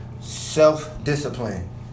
Self-discipline